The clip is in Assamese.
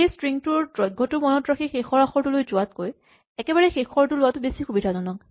সেয়ে ষ্ট্ৰিং টোৰ দৈৰ্ঘটো মনত ৰাখি শেষৰ আখৰটোলৈকে যোৱাতকৈ একেবাৰতে শেষৰটো লোৱাটো বেছি সুবিধাজনক